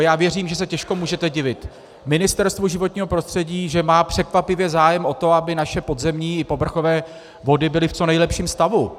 Já věřím, že se těžko můžete divit Ministerstvu životního prostředí, že má překvapivě zájem o to, aby naše podzemní i povrchové vody byly v co nejlepším stavu.